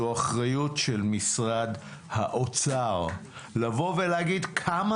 זו אחריות של משרד האוצר לבוא ולהגיד כמה